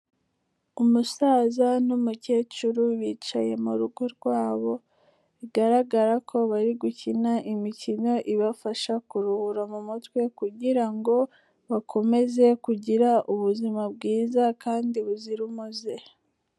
Umusaza n'umukecuru bicaye mu rugo rwabo, bigaragara ko bari gukina imikino ibafasha kuruhura mu mutwe kugira ngo bakomeze kugira ubuzima bwiza kandi buzira umuze.